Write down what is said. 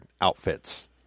outfits